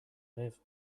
live